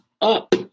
up